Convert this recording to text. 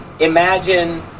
imagine